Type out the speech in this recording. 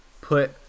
put